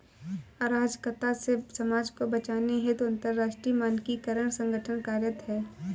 अराजकता से समाज को बचाने हेतु अंतरराष्ट्रीय मानकीकरण संगठन कार्यरत है